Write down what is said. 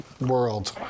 world